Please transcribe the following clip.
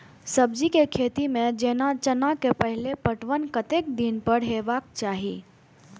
सब्जी के खेती में जेना चना के पहिले पटवन कतेक दिन पर हेबाक चाही?